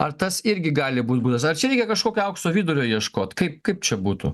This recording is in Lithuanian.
ar tas irgi gali būt būdas čia reikia kažkokio aukso vidurio ieškot kaip kaip čia būtų